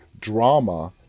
drama